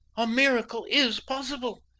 a miracle is possible.